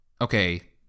okay